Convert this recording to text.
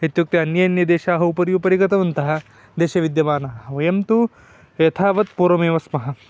इत्युक्ते अन्ये अन्ये देशाः उपरि उपरि गतवन्तः देशे विद्यमानाः वयं तु यथावत् पूर्वमेव स्मः